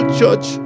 church